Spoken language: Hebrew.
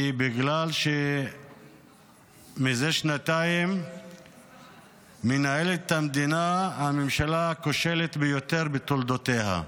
הם בגלל שזה שנתיים מנהלת את המדינה הממשלה הכושלת ביותר בתולדותיה,